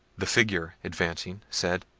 the figure, advancing, said,